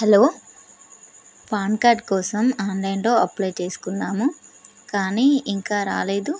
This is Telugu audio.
హలో పాన్ కార్డ్ కోసం ఆన్లైన్లో అప్లై చేసుకున్నాము కానీ ఇంకా రాలేదు